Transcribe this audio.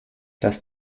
dass